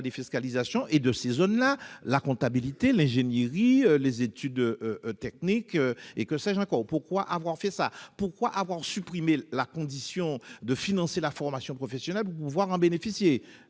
et de ces zones la comptabilité, l'ingénierie, les études techniques et que sais-je encore ? Pourquoi avoir ôté la condition de financer la formation professionnelle pour en bénéficier ?